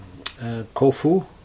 Kofu